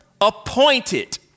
appointed